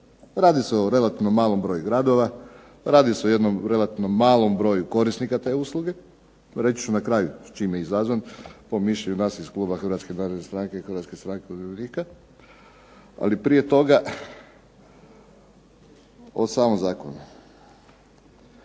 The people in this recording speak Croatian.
Radi se o relativnom malom broju gradova, radi se o jednom relativnom malom broju korisnika te usluge. Reći ću na kraju s čime je izazvan po mišljenju nas iz kluba Hrvatske narodne stranke i Hrvatske stranke umirovljenika. Ali prije toga, o samom zakonu.